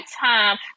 time